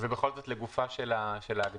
ובכל זאת, לגופה של ההגדרה,